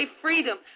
freedom